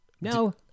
No